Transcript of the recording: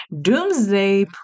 doomsday